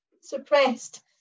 suppressed